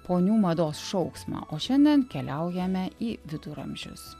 ponių mados šauksmą o šiandien keliaujame į viduramžius